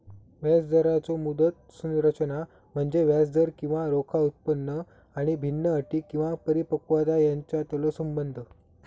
व्याजदराचो मुदत संरचना म्हणजे व्याजदर किंवा रोखा उत्पन्न आणि भिन्न अटी किंवा परिपक्वता यांच्यातलो संबंध